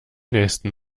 nächsten